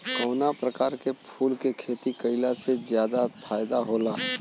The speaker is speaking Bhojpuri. कवना प्रकार के फूल के खेती कइला से ज्यादा फायदा होला?